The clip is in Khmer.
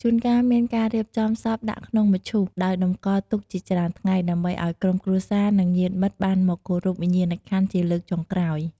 ជួនកាលមានការរៀបចំសពដាក់ក្នុងមឈូស ដោយតម្កល់ទុកជាច្រើនថ្ងៃ ដើម្បីឱ្យក្រុមគ្រួសារ និងញាតិមិត្តបានមកគោរពវិញ្ញាណក្ខន្ធជាលើកចុងក្រោយ។